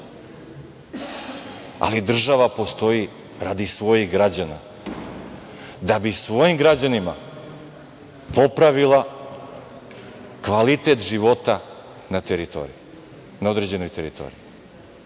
ali država postoji radi svojih građana, da bi svojim građanima popravila kvalitet života na određenoj teritoriji,